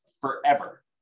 forever